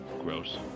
Gross